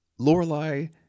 Lorelai